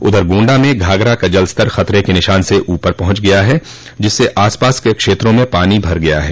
उधर गोण्डा में घाघरा का जल स्तर खतरे के निशान से ऊपर पहुंच गया है जिससे आसपास के क्षेत्रों में पानी भर गया है